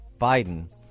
Biden